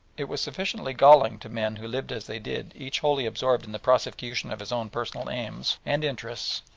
it was sufficiently galling to men who lived as they did each wholly absorbed in the prosecution of his own personal aims and interests,